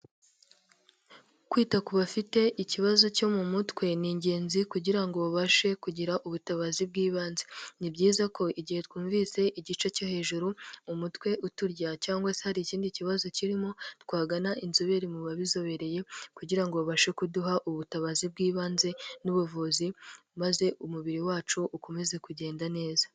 Kwita ku bafite ikibazo cyo mu mutwe, ni ingenzi kugira ngo babashe kugira ubutabazi bw'ibanze. Ni byiza ko igihe twumvise igice cyo hejuru mu mutwe uturya cyangwa se hari ikindi kibazo kirimo, twagana inzobere mu babizobereye kugira ngo babashe kuduha ubutabazi bw'ibanze n'ubuvuzi maze umubiri wacu ukomeze kugenda neza.